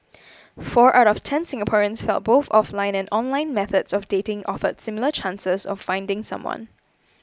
four out of ten Singaporeans felt both offline and online methods of dating offered similar chances of finding someone